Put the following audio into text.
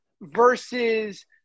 versus –